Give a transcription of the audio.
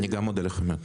אני גם מודה לכם.